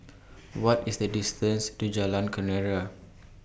What IS The distance to Jalan Kenarah